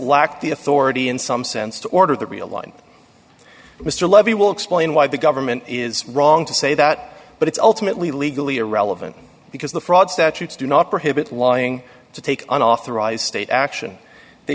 lacked the authority in some sense to order the real line mr levy will explain why the government is wrong to say that but it's ultimately legally irrelevant because the fraud statutes do not prohibit lying to take unauthorized state action they